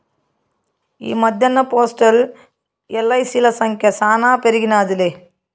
ఈ మద్దెన్న పోస్టల్, ఎల్.ఐ.సి.ల సంఖ్య శానా పెరిగినాదిలే